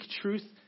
truth